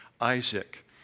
Isaac